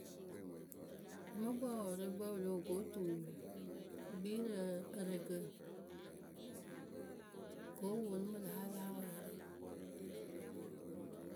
Rɨ mɨ kpɨŋ wǝǝ wɨrɨkpǝ wɨ loh ko tuuru wɨ kpii rɨ ǝrɨkǝ Ko ponu mɨ lǝ̈ a láa wɛɛlɩ.